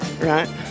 Right